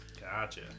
Gotcha